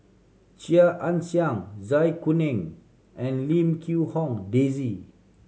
Chia Ann Siang Zai Kuning and Lim Quee Hong Daisy